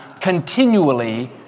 continually